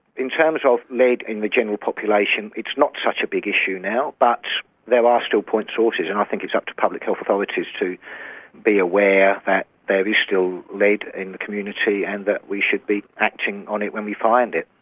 in terms of lead in the general population, it's not such a big issue now, but there are still point sources, and i think it's up to public health authorities to be aware that there is still lead in the community and that we should be acting on it when we find it.